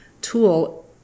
tool